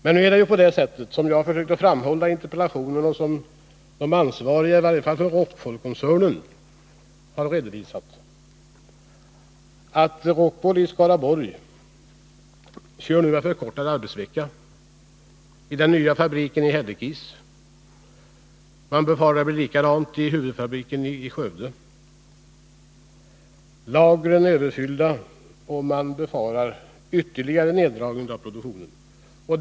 Nu är det emellertid på det sättet, som jag försökte framhålla i interpellationen och som de ansvariga för i varje fall Rockwoolkoncernen har redovisat, att Rockwool i Skaraborg tillämpar förkortad arbetsvecka i den nya fabriken i Hällekis. Man befarar att det blir likadant vid huvudfabriken i Skövde. Lagren är överfyllda, och man befarar ytterligare neddragning av produktionen.